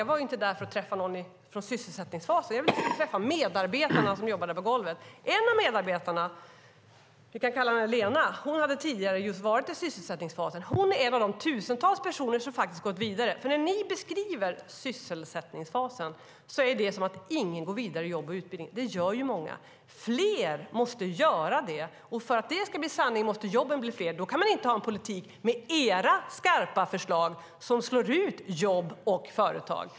Jag var inte där för att träffa någon i sysselsättningsfasen, utan jag ville träffa medarbetarna, de som jobbar på golvet. En av medarbetarna, vi kan kalla henne Lena, hade tidigare varit i sysselsättningsfasen. Hon är en av de tusentals personer som gått vidare. När Socialdemokraterna beskriver sysselsättningsfasen låter det som om ingen går vidare till jobb och utbildning. Det gör många, och fler måste göra det. För att det ska bli verklighet måste jobben bli fler. Då kan man inte ha en politik med Socialdemokraternas skarpa förslag som slår ut jobb och företag.